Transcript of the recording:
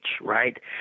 right